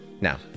Now